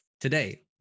today